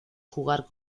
jugar